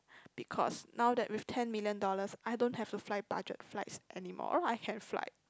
because now that with ten million dollars I don't have to fly budget flights anymore I have like